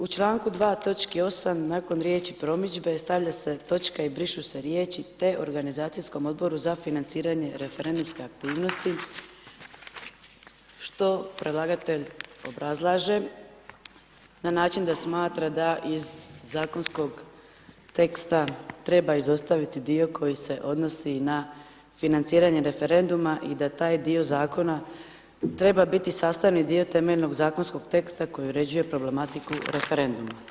U članku 2., točki 8., nakon riječi promidžbe stavlja se točka i brišu se riječi, te organizacijskom Odboru za financiranje referendumske aktivnosti, što predlagatelj obrazlaže na način da smatra da iz zakonskog teksta treba izostaviti dio koji se odnosi na financiranje referenduma i da taj dio Zakona treba biti sastavni dio temeljnog zakonskog teksta koji uređuje problematiku referenduma.